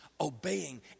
obeying